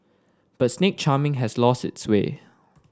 but snake charming has lost its sway